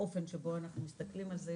האופן שבו אנחנו מסתכלים על זה,